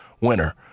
winner